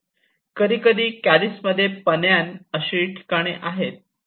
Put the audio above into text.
कधीकधी कॅलिसमध्ये पन्यान अशी ठिकाणे आहेत